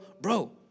bro